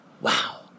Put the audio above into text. Wow